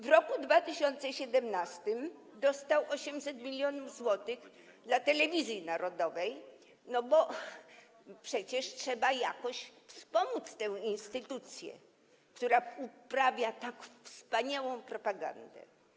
W roku 2017 dostał 800 mln zł dla telewizji narodowej, bo przecież trzeba jakoś wspomóc tę instytucję, która uprawia tak wspaniałą propagandę.